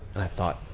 and i thought,